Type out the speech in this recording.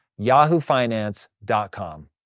yahoofinance.com